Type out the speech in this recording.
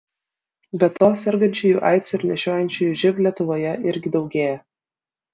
be to sergančiųjų aids ir nešiojančiųjų živ lietuvoje irgi daugėja